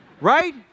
Right